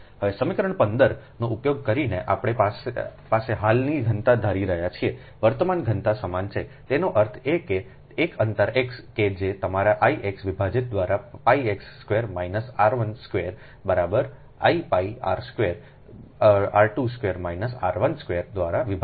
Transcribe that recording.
હવે સમીકરણ 15 નો ઉપયોગ કરીને આપણી પાસે હાલની ઘનતા ધારી રહ્યા છીએ વર્તમાન ઘનતા સમાન છેતેનો અર્થ એ કે એક અંતરે x કે જે તમારા I x વિભાજિત દ્વારા pi x square minus r1 square બરાબર I pi r 2 square minus r 1 square દ્વારા વિભાજિત